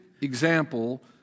example